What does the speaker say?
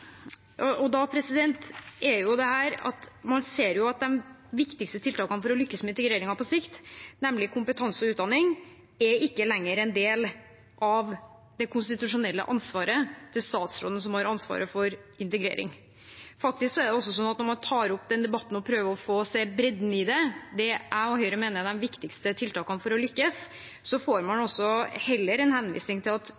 en del av det konstitusjonelle ansvaret til statsråden som har ansvaret for integrering. Faktisk er det sånn at når man tar opp den debatten og prøver å se bredden i det, i det Høyre og jeg mener er de viktigste tiltakene for å lykkes, så får man heller en henvisning til at